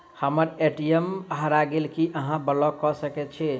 हम्मर ए.टी.एम हरा गेल की अहाँ ब्लॉक कऽ सकैत छी?